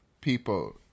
people